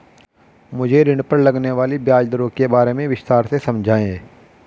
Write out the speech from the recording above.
मुझे ऋण पर लगने वाली ब्याज दरों के बारे में विस्तार से समझाएं